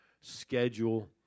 schedule